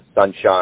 sunshine